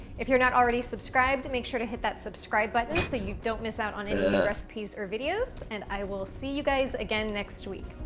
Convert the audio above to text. if you're not already subscribed make sure to hit that subscribe button so you don't miss out on any new recipes or videos. and, i will see you guys again next week.